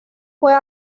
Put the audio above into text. fue